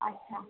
अच्छा